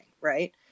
right